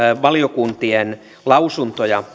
valiokuntien lausuntoja